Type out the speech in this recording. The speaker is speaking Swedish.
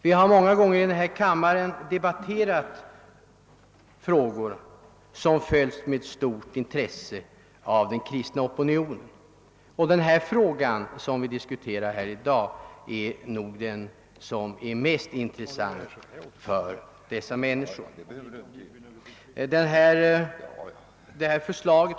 Vi har många gånger i denna kammare debatterat frågor som följts med stor uppmärksamhet av den kristna opinionen. Den fråga som vi diskuterar i dag hör nog till den mest viktiga för dessa människor.